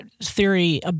theory